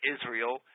Israel